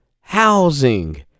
housing